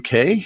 uk